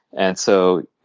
and so